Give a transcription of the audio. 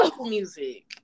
music